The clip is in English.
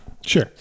Sure